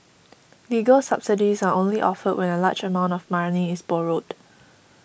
legal subsidies are only offered when a large amount of money is borrowed